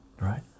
right